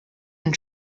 and